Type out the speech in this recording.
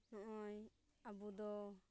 ᱱᱚᱜᱼᱚᱭ ᱟᱵᱚ ᱫᱚ